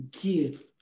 give